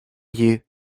you